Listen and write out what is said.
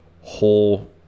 whole